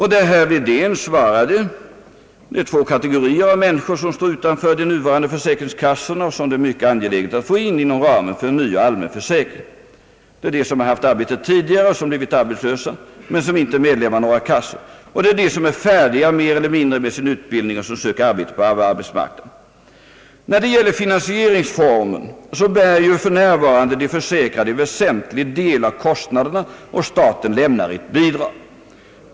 Herr Wedén svarade, att det är två kategorier av människor som står utanför de nuvarande försäkringskassorna men som det är mycket angeläget att få in inom ramen för en ny och allmän försäkring. Det är dels de som haft arbete tidigare och som blivit arbetslösa, men som inte är medlemmar i någon arbetslöshetskassa. Dels är det de som är färdiga med sin utbildning och söker arbete på den allmänna arbetsmarknaden. När det gäller finansieringsformen bär för närvarande de försäkrade en väsentlig del av kostnaderna, och staten lämnar ett bidrag.